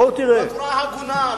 בצורה הגונה,